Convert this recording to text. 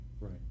Right